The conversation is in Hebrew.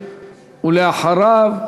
ואחריו,